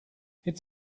it’s